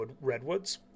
redwoods